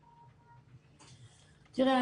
תראה,